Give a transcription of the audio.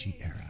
Era